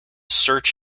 search